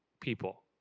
people